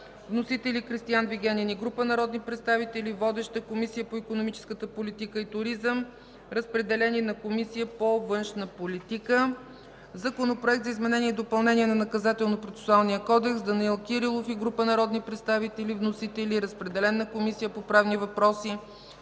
Вносител – Кристиан Вигенин и група народни представители. Водеща е Комисията по икономическата политика и туризъм. Разпределен е и на Комисията по външна политика. Законопроект за изменение и допълнение на Наказателнопроцесуалния кодекс. Вносител – Данаил Кирилов и група народни представители. Водеща е Комисията по правни въпроси.